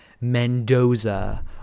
mendoza